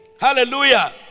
Hallelujah